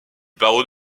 barreau